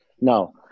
No